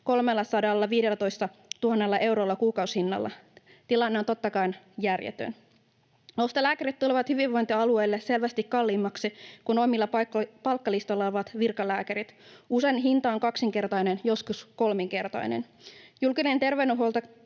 315 000 euron kuukausihinnalla. Tilanne on totta kai järjetön. Ostolääkärit tulevat hyvinvointialueille selvästi kalliimmaksi kuin omilla palkkalistoilla olevat virkalääkärit. Usein hinta on kaksinkertainen, joskus kolminkertainen. Julkinen terveydenhuolto